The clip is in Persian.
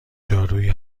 دارویی